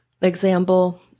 example